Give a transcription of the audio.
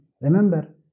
remember